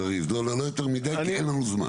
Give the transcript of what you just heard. לא, לא יותר מידי, כי אין לנו זמן.